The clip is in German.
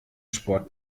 sport